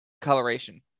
coloration